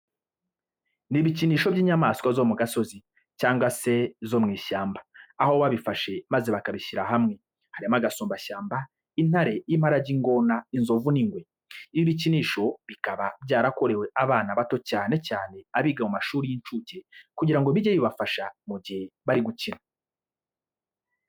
Ni ibikinisho by'inyamaswa zo mu gasozi cyangwa se zo mu ishyamba, aho babifashe maze bakabishyira hamwe. Harimo agasumbashyamba, intare, imparage, ingona, inzovu, n'ingwe. Ibi bikinisho bikaba byarakorewe abana bato cyane cyane abiga mu mashuri y'incuke kugira ngo bijye bibafasha mu gihe bari gukina.